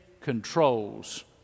controls